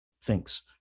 thinks